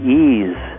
ease